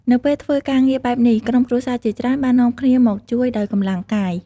នៅពេលធ្វើការងារបែបនេះ ក្រុមគ្រួសារជាច្រើនបាននាំគ្នាមកជួយដោយកម្លាំងកាយ។